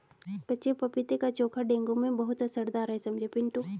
कच्चे पपीते का चोखा डेंगू में बहुत असरदार है समझे पिंटू